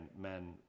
men